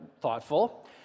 thoughtful